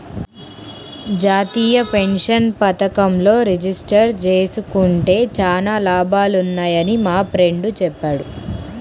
జాతీయ పెన్షన్ పథకంలో రిజిస్టర్ జేసుకుంటే చానా లాభాలున్నయ్యని మా ఫ్రెండు చెప్పాడు